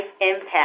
impact